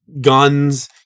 guns